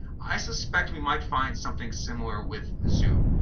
i suspect we might find something similar with zoom.